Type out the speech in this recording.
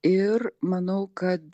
ir manau kad